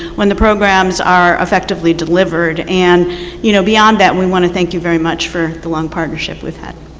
when the programs are effectively delivered? and you know beyond that, we want to thank you very much for the long partnership we have had.